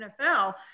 NFL